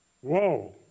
Whoa